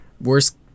worst